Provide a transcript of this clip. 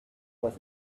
was